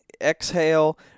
exhale